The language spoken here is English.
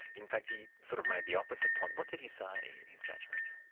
in fact, he sort of made the opposite point. what did he say in his judgment?